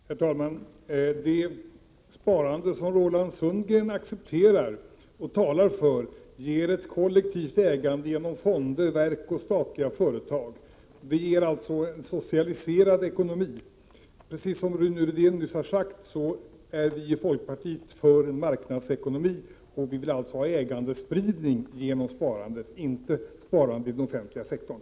Herr talman! Det sparande som Roland Sundgren accepterar och talar för ger ett kollektivt ägande genom fonder, verk och statliga företag. Det ger alltså en socialiserad ekonomi. Precis som Rune Rydén nyss har sagt, är vi i folkpartiet för en marknadsekonomi, och vi vill alltså ha ägandespridning genom sparandet, inte sparande i den offentliga sektorn.